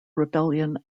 rebellion